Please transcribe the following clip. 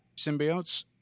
symbiotes